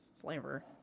flavor